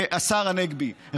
השר הנגבי,